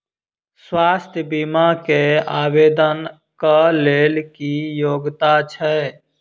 स्वास्थ्य बीमा केँ आवेदन कऽ लेल की योग्यता छै?